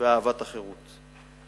ואהבת החירות.